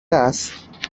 است